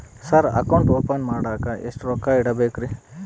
Sir account open ಮಾಡಾಕ ಎಷ್ಟು ರೊಕ್ಕ ಇಡಬೇಕ್ರಿ?